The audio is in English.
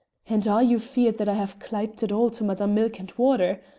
and are you feared that i have clyped it all to madame milk-and-water?